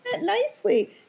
Nicely